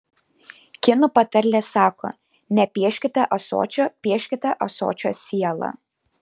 kinų patarlė sako nepieškite ąsočio pieškite ąsočio sielą